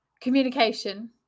Communication